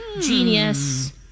Genius